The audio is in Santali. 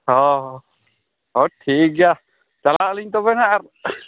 ᱦᱚᱭ ᱦᱚᱭ ᱴᱷᱤᱠᱜᱮᱭᱟ ᱪᱟᱞᱟᱜᱟᱞᱤᱧ ᱛᱚᱵᱮᱦᱟᱸᱜ